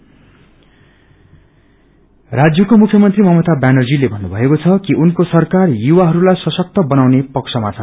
CM youth राज्यको मुख्यमंत्री ममता व्यानर्जीले भन्नुभएको छ कि उनको सराकार युवाहरूलाई सशक्त गनाउने पक्षमा छ